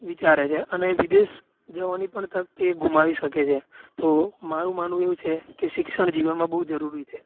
વિચારે છે અને વિદેશ જવાની પણ તક તે ગુમાવી શકે છે તો મારું માનવું એવું છે કે શિક્ષણ જીવનમાં બહુ જરૂરી છે